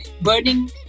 burning